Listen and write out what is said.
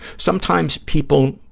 sometimes people